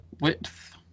width